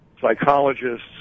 psychologists